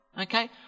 Okay